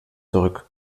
zurück